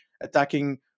attacking